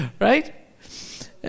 Right